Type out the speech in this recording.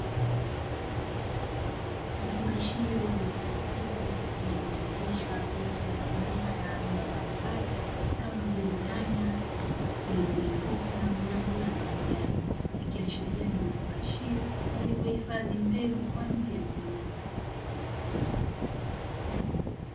Vifungashio vya plastiki vilivyo chapishwa picha ya mimea ya aina mbalimbali kama vile nyanya, pilipili hoho na mboga za majani, ikiashiria ni vifungashio vilivyo hifadhi mbegu kwaajili ya kilimo.